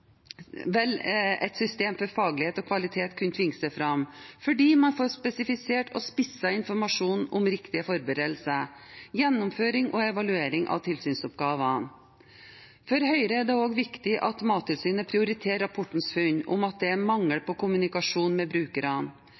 et system for faglighet og kvalitet kunne tvinge seg fram, fordi man får spesifisert og spisset informasjon om riktige forberedelser, gjennomføring og evaluering av tilsynsoppgavene. For Høyre er det også viktig at Mattilsynet prioriterer rapportens funn om at det er mangel på kommunikasjon med brukerne.